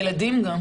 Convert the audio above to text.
גם ילדים.